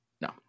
no